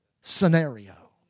scenario